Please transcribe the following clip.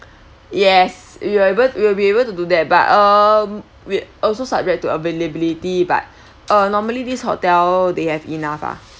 yes you able you will be able to do that but uh we also subject to availability but uh normally this hotel they have enough ah